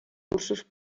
cursos